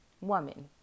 woman